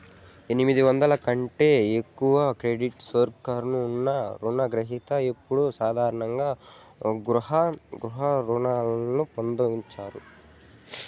ఎనిమిది వందల కంటే ఎక్కువ క్రెడిట్ స్కోర్ ఉన్న రుణ గ్రహిత ఇప్పుడు సాధారణ గృహ రుణాలను పొందొచ్చు